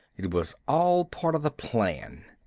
it was all part of the plan.